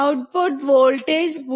output voltage 0